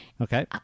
Okay